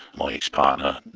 my ex-partner,